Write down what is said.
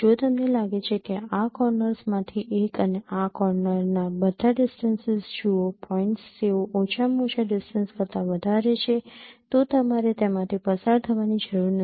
જો તમને લાગે કે આ કોર્નર્સમાંથી એક આ કોર્નરના બધા ડિસ્ટન્સીસ જુઓ પોઇન્ટ્સ તેઓ ઓછામાં ઓછા ડિસ્ટન્સ કરતા વધારે છે તો તમારે તેમાંથી પસાર થવાની જરૂર નથી